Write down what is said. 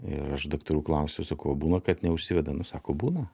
ir aš daktarų klausiu sakau o būna kad neužsiveda nu sako būna